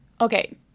okay